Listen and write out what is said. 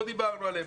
לא דיברנו עליהם,